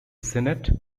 senate